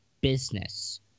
business